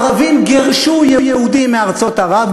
ערבים גירשו יהודים מארצות ערב,